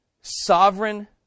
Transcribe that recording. Sovereign